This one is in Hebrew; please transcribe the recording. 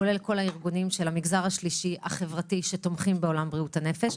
כולל כל הארגונים של המגזר השלישי החברתי שתומכים בעולם בריאות הנפש.